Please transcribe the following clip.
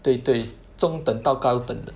对对中等等到高等的